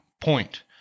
point